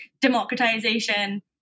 democratization